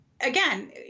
Again